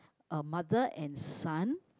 a mother and son